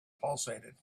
pulsated